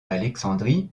alexandrie